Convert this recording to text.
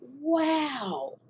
wow